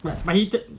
but he did